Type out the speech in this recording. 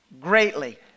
greatly